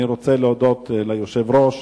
אני רוצה להודות ליושב-ראש,